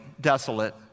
desolate